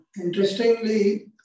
Interestingly